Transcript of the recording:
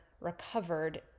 recovered